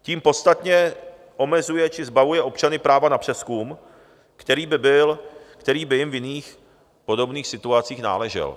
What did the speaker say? Tím podstatně omezuje či zbavuje občany práva na přezkum, který by jim v jiných podobných situacích náležel.